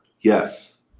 Yes